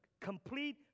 complete